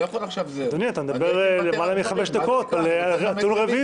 אדוני, אתה מדבר למעלה מחמש דקות על רביזיה.